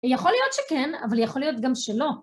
יכול להיות שכן, אבל יכול להיות גם שלא.